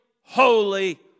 holy